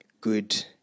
good